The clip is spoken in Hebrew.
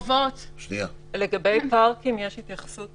לגבי פארקים יש התייחסות